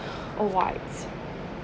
alright